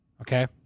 Okay